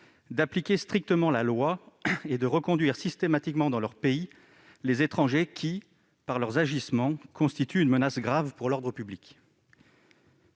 d'appliquer strictement la loi et de reconduire systématiquement dans leur pays les étrangers qui, par leurs agissements, constituent une menace grave pour l'ordre public